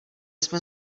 jsme